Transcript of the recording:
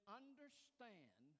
understand